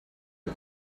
are